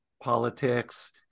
politics